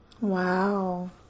Wow